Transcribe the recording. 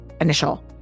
initial